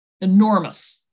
enormous